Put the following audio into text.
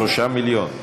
שלושה מיליון.